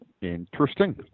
Interesting